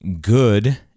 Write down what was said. good